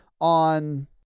on